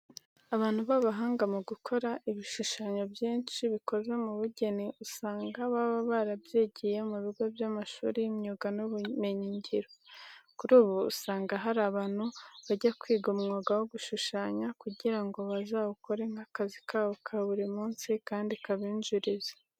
Abantu b'abahanga mu gukora ibishushanyo byinshi bikoze mu bugeni usanga baba barabyigiye mu bigo by'amashuri y'imyuga n'ubumenyingiro. Kuri ubu usanga hari abantu bajya kwiga umwuga wo gushushanya kugira ngo bazawukore nk'akazi kabo ka buri munsi kandi kabinjiriza.